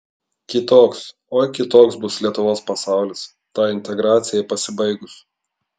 kitoks oi kitoks bus lietuvos pasaulis tai integracijai pasibaigus